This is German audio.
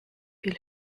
viel